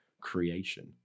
creation